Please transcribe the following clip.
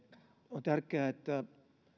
on tärkeää että